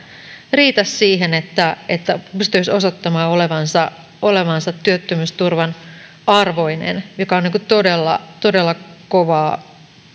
riitä siihen että että pystyisi osoittamaan olevansa olevansa työttömyysturvan arvoinen mikä on todella todella kovaa